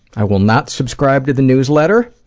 i will not subscribe to the newsletter,